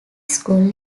school